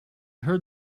heard